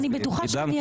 אני בטוחה שאני אצליח.